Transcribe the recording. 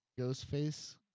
Ghostface